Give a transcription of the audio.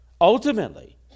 ultimately